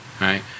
Right